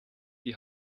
die